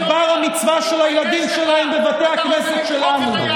בר-המצווה של הילדים שלהם בבתי הכנסת שלנו.